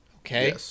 Okay